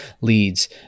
leads